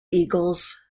eagles